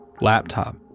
laptop